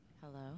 Hello